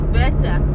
better